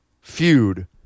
feud